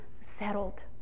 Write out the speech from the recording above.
Settled